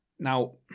now.